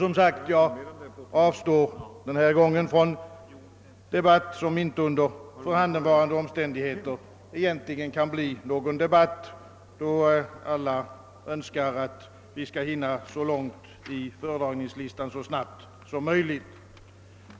Jag avstår som sagt från en debatt i denna fråga, då det under förhandenvarande omständigheter egentligen inte kan bli någon debatt, eftersom alla önskar att vi skall hinna så långt på föredragningslistan så snabbt som möjligt.